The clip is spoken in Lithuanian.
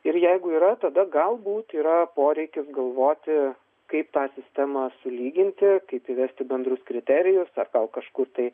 ir jeigu yra tada galbūt yra poreikis galvoti kaip tą sistemą sulyginti kaip įvesti bendrus kriterijus ar gal kažkur tai